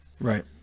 Right